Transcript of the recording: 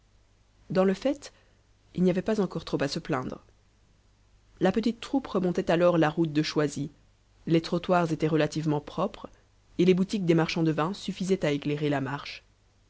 dans le fait il n'y avait pas encore trop à se plaindre la petite troupe remontait alors la route de choisy les trottoirs étaient relativement propres et les boutiques des marchands de vins suffisaient à éclairer la marche